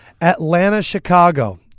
Atlanta-Chicago